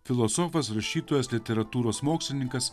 filosofas rašytojas literatūros mokslininkas